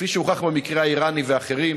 כפי שהוכח במקרה האיראני ואחרים,